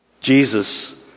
Jesus